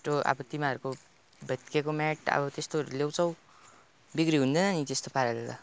छिटो अब तिमीहरूको भत्किएको म्याट अब त्यस्तोहरू ल्याउँछौ बिक्री हुँदैन नि त्यस्तो पाराले त